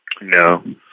No